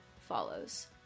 follows